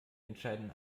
entscheiden